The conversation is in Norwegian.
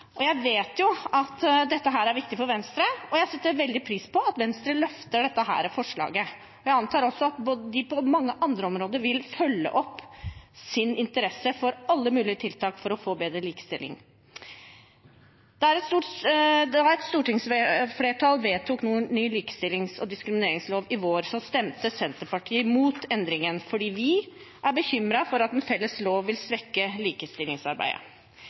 viktige. Jeg vet at dette er viktig for Venstre, og jeg setter veldig stor pris på at Venstre løfter dette forslaget. Jeg antar at de også på mange andre områder vil følge opp sin interesse for alle mulige tiltak for å få bedre likestilling. Da et stortingsflertall vedtok ny likestillings- og diskrimineringslov i vår, stemte Senterpartiet mot endringen fordi vi er bekymret for at en felles lov vil svekke likestillingsarbeidet.